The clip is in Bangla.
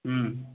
হুম